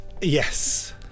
Yes